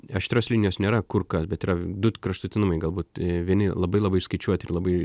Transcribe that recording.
aštrios linijos nėra kur kas bet yra du kraštutinumai galbūt vieni labai labai išskaičiuoti ir labai